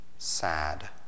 Sad